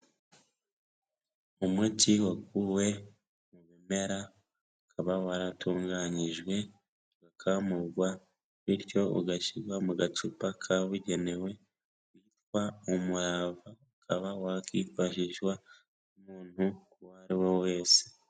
Umuti wakuwe mu bimera, ukaba waratunganyijwe ugakamugwa, bityo ugashyirwa mu gacupa kabugenewe witwa umurava, ukaba wakwifashishwa n'umuntuntu uwo ari we wese.